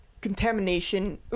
contamination